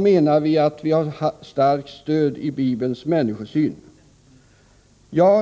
menar vi att vi har starkt stöd i Bibelns människosyn.